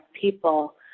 people